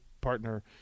partner